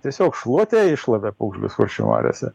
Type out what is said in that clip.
tiesiog šluote iššlavė pūgžlius kuršių mariose